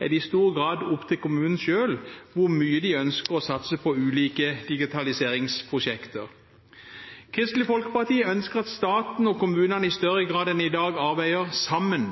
er det i stor grad opp til kommunen selv hvor mye de ønsker å satse på ulike digitaliseringsprosjekter. Kristelig Folkeparti ønsker at staten og kommunene i større grad enn i dag arbeider sammen